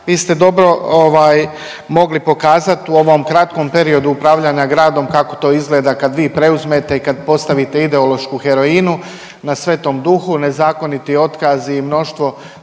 vi ste dobro ovaj mogli pokazati u ovom kratkom periodu upravljanja gradom kako to izgleda kad vi preuzmete i kad postavite ideološku heroinu na Sv.Duhu, nezakoniti otkazi i mnoštvo